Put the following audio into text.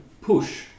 push